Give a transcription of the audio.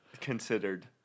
considered